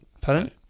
Pardon